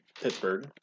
Pittsburgh